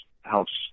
helps